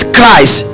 Christ